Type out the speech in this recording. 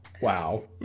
wow